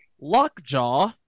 Lockjaw